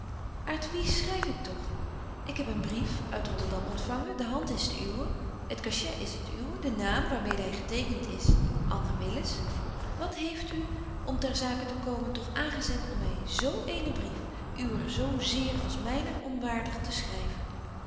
schryf ik toch ik heb een brief uit rotterdam ontfangen de hand is de uwe het cachet is het uwe de naam waar mede hy getekent is anna willis wat heeft u om ter zake te komen toch aangezet om my z eenen brief uwer zo zéér als myner onwaardig te schryven